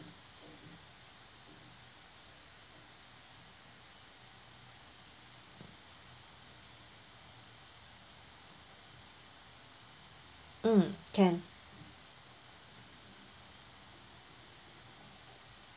mm can